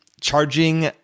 charging